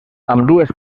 ambdues